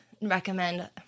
recommend